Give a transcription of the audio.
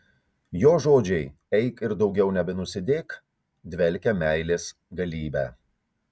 jo žodžiai eik ir daugiau nebenusidėk dvelkia meilės galybe